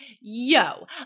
Yo